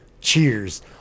Cheers